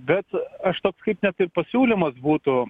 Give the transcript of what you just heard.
bet aš toks kaip ne taip pasiūlymas būtų